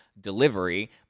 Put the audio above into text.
delivery